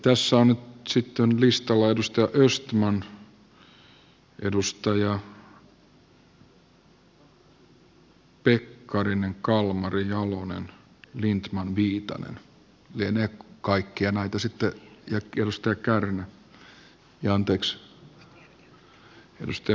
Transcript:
tässä on nyt sitten listalla edustaja östman edustajat pekkarinen kalmari jalonen lindtman viitanen ja sitten edustaja kärnä ja edustaja mustajärvi